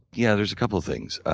yeah, there's a couple of things.